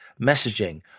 messaging